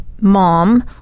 mom